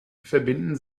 verbinden